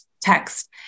text